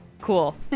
Cool